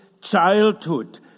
childhood